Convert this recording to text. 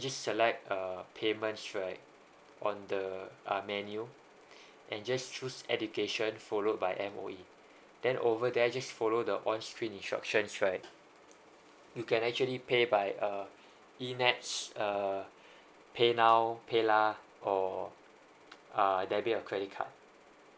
just select uh payments right on the uh menu and just choose education followed by M_O_E then over there just follow the on screen instruction right you can actually pay by uh uh paynow paylah or uh debit or credit card